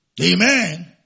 Amen